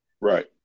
right